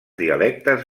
dialectes